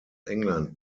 england